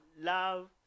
Love